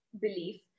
belief